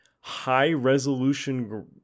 High-resolution